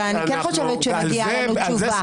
ואני כן חושבת שמגיעה לנו תשובה.